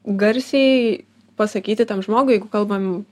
garsiai pasakyti tam žmogui jeigu kalbam